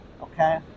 okay